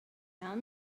tell